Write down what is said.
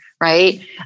right